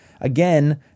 Again